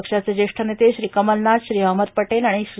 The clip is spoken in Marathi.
पक्षाचे ज्येष्ठ नेते श्री कमलनाथ श्री अहमद पटेल आणि श्री